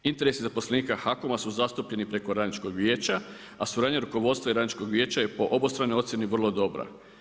Interesi zaposlenika HAKOM-a su zastupljeni preko Radničkog vijeća, a suradnja rukovodstva i Radničkog vijeća je po obostranoj ocjeni vrlo dobra.